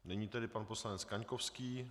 Nyní tedy pan poslanec Kaňkovský.